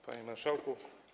Panie Marszałku!